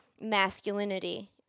masculinity